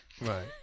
Right